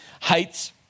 Heights